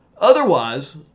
Otherwise